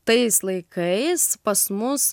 tais laikais pas mus